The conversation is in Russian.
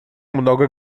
много